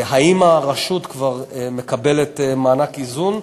האם הרשות כבר מקבלת מענק איזון,